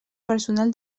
personal